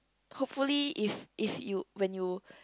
hopefully if if you when you